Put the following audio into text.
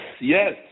Yes